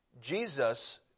Jesus